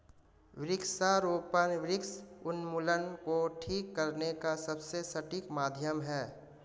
वृक्षारोपण वृक्ष उन्मूलन को ठीक करने का सबसे सटीक माध्यम है